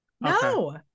no